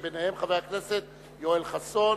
ביניהם חבר הכנסת יואל חסון,